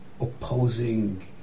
opposing